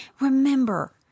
Remember